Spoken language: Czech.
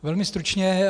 Velmi stručně.